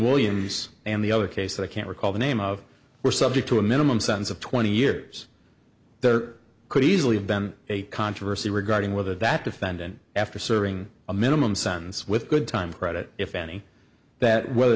williams and the other case i can't recall the name of were subject to a minimum sentence of twenty years there could easily have been a controversy regarding whether that defendant after serving a minimum sentence with good time credit if any that whether